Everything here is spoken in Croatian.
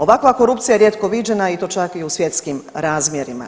Ovakva korupcija je rijetko viđena i to čak i u svjetskim razmjerima.